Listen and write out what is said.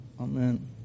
Amen